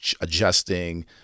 adjusting